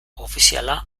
ofiziala